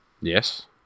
Yes